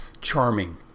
charming